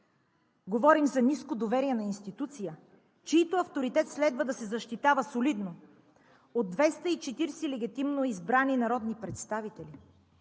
Говорим за ниско доверие на институция, чийто авторитет следва да се защитава солидно от 240 легитимно избрани народни представители.